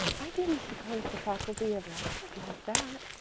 i didn't suppose the faculty ever acted like that.